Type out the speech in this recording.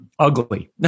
Ugly